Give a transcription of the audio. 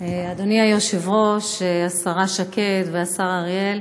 אדוני היושב-ראש, השרה שקד והשר אריאל,